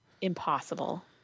impossible